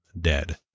dead